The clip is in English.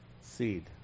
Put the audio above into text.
seed